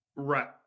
Right